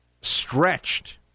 stretched